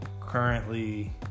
currently